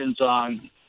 on